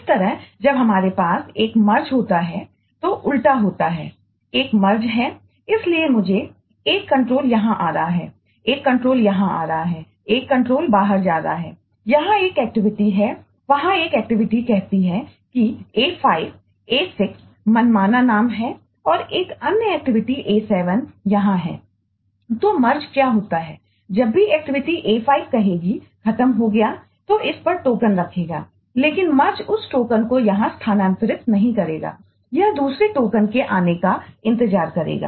इसी तरह जब हमारे पास एक मर्ज के आने का इंतजार करेगा